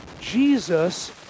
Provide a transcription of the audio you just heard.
Jesus